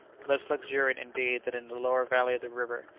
less luxuriant indeed than in the lower valley of the river,